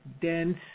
dense